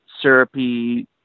syrupy